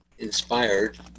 inspired